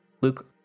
Luke